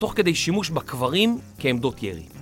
תוך כדי שימוש בקברים כעמדות ירי